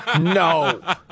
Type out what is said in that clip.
no